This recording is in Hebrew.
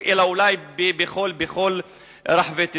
אלא אולי בכל רחבי תבל.